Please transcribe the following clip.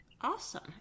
awesome